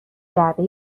جعبه